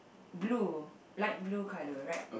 blue light blue color right